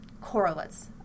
correlates